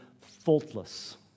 faultless